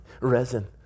Resin